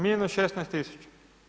Minus 16 000.